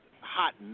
hot